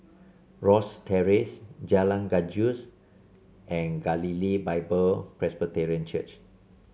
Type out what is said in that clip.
Rosyth Terrace Jalan Gajus and Galilee Bible Presbyterian Church